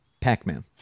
Pac-Man